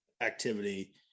activity